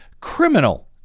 criminal